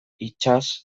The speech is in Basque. itsas